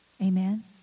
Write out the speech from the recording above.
Amen